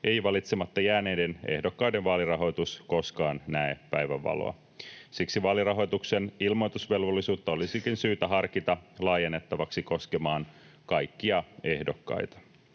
ei valitsematta jääneiden ehdokkaiden vaalirahoitus koskaan näe päivänvaloa. Siksi vaalirahoituksen ilmoitusvelvollisuutta olisikin syytä harkita laajennettavaksi koskemaan kaikkia ehdokkaita.